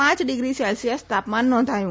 પ degree Celsius તાપમાન નોંધાયું